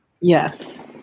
Yes